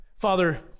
Father